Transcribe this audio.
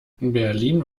berlin